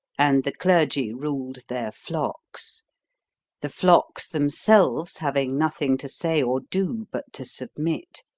and the clergy ruled their flocks the flocks themselves having nothing to say or do but to submit.